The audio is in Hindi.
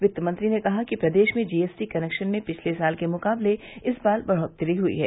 वित्त मंत्री ने कहा कि प्रदेश में जीएसटी कलेक्शन में पिछले साल के मुकाबले इस बार बढ़ोत्तरी हुई है